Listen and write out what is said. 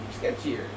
sketchier